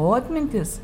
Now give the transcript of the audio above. o atmintis